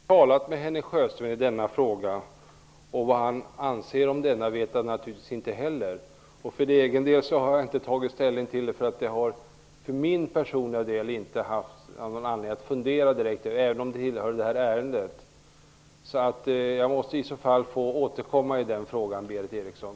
Herr talman! Jag blev litet ställd inför Berith Erikssons fråga. Jag har inte talat med Henning Sjöström om detta, och vad han anser om denna fråga vet jag naturligtvis inte. För egen del har jag inte tagit ställning, eftersom jag inte har haft någon anledning att fundera över detta, även om frågan ingår i det här ärendet. Jag måste i så fall be att få återkomma, Berith Eriksson.